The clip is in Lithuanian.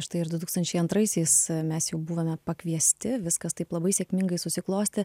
štai ir du tūkstančiai antraisiais mes jau buvome pakviesti viskas taip labai sėkmingai susiklostė